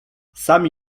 sami